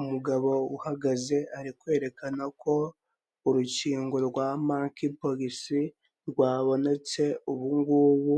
Umugabo uhagaze ari kwerekana uko urukingo rwa Monkey pox rwabonetse, ubu ngubu